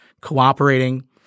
cooperating